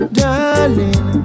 darling